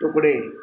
ਟੁਕੜੇ